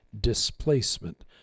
displacement